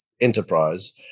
enterprise